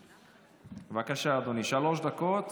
בבקשה, אדוני, שלוש דקות.